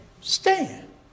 stand